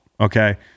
okay